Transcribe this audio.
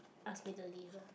ask me to leave her